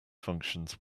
functions